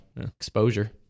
exposure